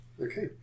Okay